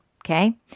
Okay